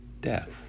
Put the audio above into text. death